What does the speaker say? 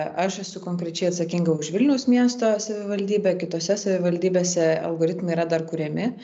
aš esu konkrečiai atsakinga už vilniaus miesto savivaldybę kitose savivaldybėse algoritmai yra dar kuriami